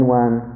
one